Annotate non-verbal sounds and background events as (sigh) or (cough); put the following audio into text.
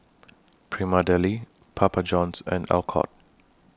(noise) Prima Deli Papa Johns and Alcott